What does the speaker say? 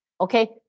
Okay